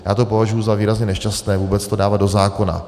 Já považuju za výrazně nešťastné vůbec to dávat do zákona.